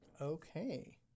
Okay